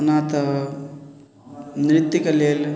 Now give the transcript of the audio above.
ओना तऽ नृत्यके लेल